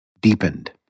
deepened